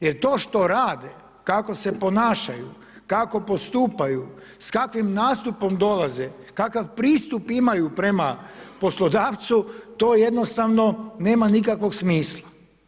Jer to što rade, kako se ponašaju, kako postupaju, s kakvim nastupom dolaze, kakav pristup imaju prema poslodavcu, to jednostavno nema nikakvog smisla.